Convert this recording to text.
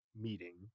meeting